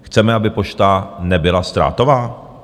Chceme, aby Pošta nebyla ztrátová?